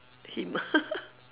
him ah